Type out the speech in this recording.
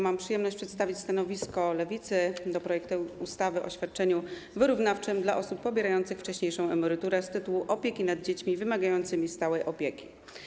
Mam przyjemność przedstawić stanowisko Lewicy wobec projektu ustawy o świadczeniu wyrównawczym dla osób pobierających wcześniejszą emeryturę z tytułu opieki nad dziećmi wymagającymi stałej opieki.